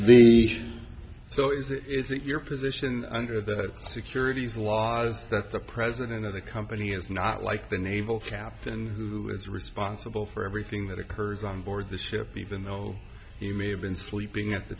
so is it is it your position under the securities laws that the president of the company is not like the naval captain who is responsible for everything that occurs on board the ship even though he may have been sleeping at the